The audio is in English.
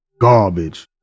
garbage